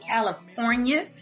California